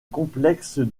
complexe